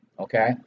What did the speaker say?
Okay